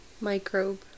microbe